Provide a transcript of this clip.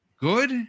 good